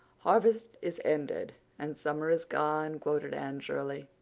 harvest is ended and summer is gone, quoted anne shirley,